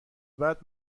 بعد